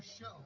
show